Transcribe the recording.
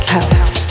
House